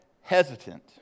hesitant